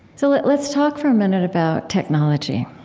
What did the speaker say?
so let's talk for a minute about technology.